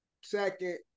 second